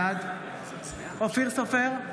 בעד אופיר סופר,